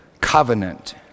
covenant